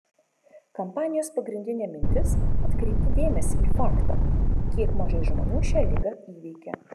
kampanijos pagrindinė mintis atkreipti dėmesį į faktą kiek mažai žmonių šią ligą įveikia